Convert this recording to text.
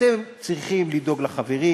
אתם צריכים לדאוג לחברים,